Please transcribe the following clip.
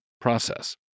process